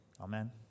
Amen